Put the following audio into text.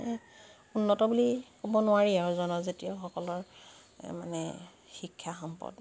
উন্নত বুলি ক'ব নোৱাৰি আৰু জনজাতীয়সকলৰ মানে শিক্ষা সম্পদ